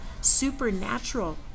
Supernatural